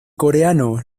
coreano